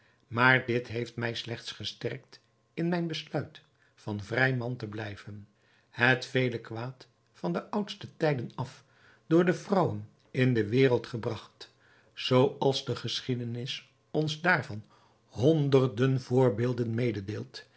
maar dit heeft mij slechts gesterkt in mijn besluit van vrij man te blijven het vele kwaad van de oudste tijden af door de vrouwen in de wereld gebragt zooals de geschiedenis ons daarvan honderden voorbeelden mededeelt